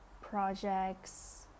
projects